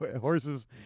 horses